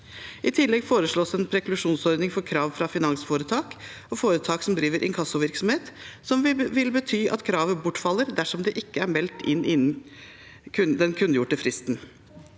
I tillegg foreslås en preklusjonsordning for krav fra finansforetak og foretak som driver inkassovirksomhet, som vil bety at kravet bortfaller dersom det ikke er meldt inn innen den kunngjorte fristen.